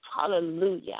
Hallelujah